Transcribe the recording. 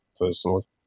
personally